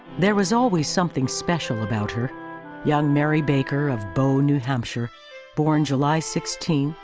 there was always something special about her young mary baker of bow, new hampshire born, july sixteen,